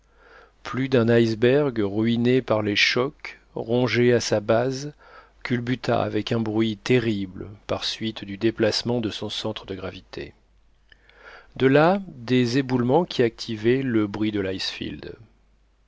plus d'un iceberg ruiné par les chocs rongé à sa base culbuta avec un bruit terrible par suite du déplacement de son centre de gravité de là des éboulements qui activaient le bris de l'icefield